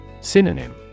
Synonym